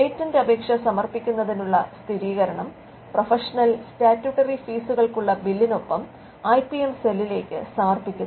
patent അപേക്ഷ സമർപ്പിക്കുന്നതിനുള്ള സ്ഥിരീകരണം പ്രൊഫഷണൽ സ്റ്റാറ്റ്യൂട്ടറി ഫീസുകൾക്കുള്ള ബില്ലിനൊപ്പം ഐപിഎം സെല്ലിലേക്ക് സമർപ്പിക്കുന്നു